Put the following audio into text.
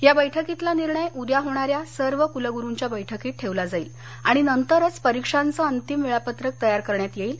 या बैठकीतला निर्णय उद्या होणाऱ्या सर्व कुलगुरूंच्या बैठकीत ठेवला जाईल आणि नंतरच परीक्षांचं अंतिम वेळापत्रक तयार करण्यात येईल